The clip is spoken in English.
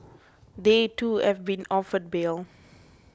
they too have been offered bail